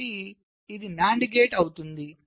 కాబట్టి ఇది NAND gate అవుతుంది